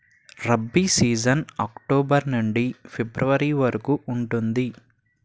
rabi season October నుండి February వరకు ఉంటుంది